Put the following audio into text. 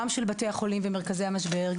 גם של בתי החולים ומרכזי המשבר,